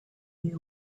you